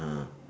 ah